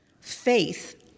Faith